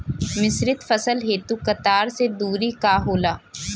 मिश्रित फसल हेतु कतार के दूरी का होला?